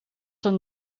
een